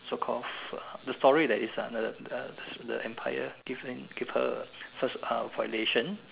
so called the story that is under the the empire give him give her first uh violation